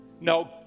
No